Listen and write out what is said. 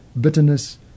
bitterness